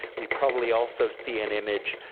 we probably also see an image,